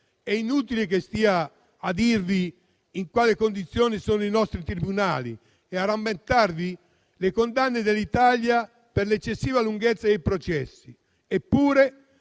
È inutile che stia a dirvi in quali condizioni sono i nostri tribunali e a rammentarvi le condanne dell'Italia per l'eccessiva lunghezza dei processi. Eppure,